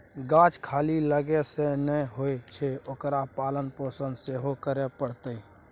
गाछ खाली लगेने सँ नै होए छै ओकर पालन पोषण सेहो करय पड़तै